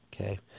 Okay